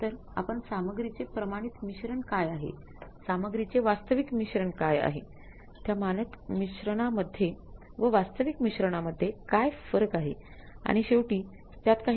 तर आपण सामग्रीचे प्रमाणित मिश्रण आहे का